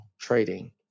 trading